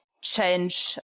change